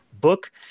book